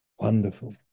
Wonderful